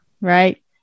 Right